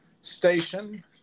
station